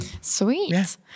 Sweet